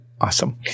awesome